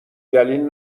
دلیل